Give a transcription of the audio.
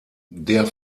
der